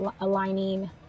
aligning